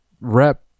rep